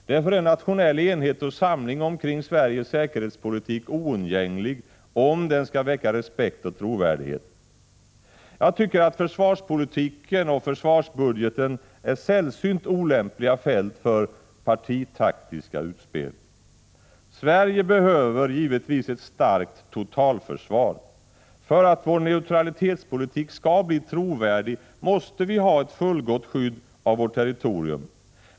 Därför är nationell enhet och samling omkring Sveriges säkerhetspolitik oundgänglig, om den skall väcka respekt och trovärdighet. Jag tycker att försvarspolitiken och försvarsbudgeten är sällsynt olämpliga fält för partitaktiska utspel. Sverige behöver ett starkt totalförsvar. För att vår neutralitetspolitik skall bli trovärdig måste vi ha ett fullgott skydd av vårt territorium.